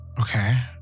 Okay